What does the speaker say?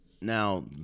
now